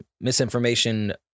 misinformation